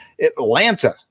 Atlanta